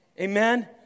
Amen